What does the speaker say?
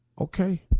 Okay